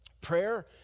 Prayer